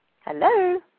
Hello